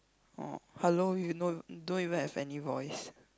oh hello you know don't even have any voice